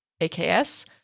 AKS